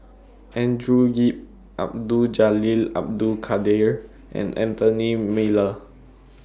Andrew Yip Abdul Jalil Abdul Kadir and Anthony Miller